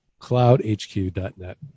cloudhq.net